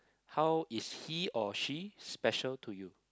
how is he or she special to you